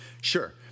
sure